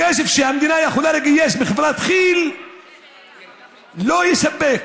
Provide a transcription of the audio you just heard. הכסף שהמדינה יכולה לגייס מחברת כי"ל לא יספיק